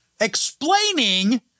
explaining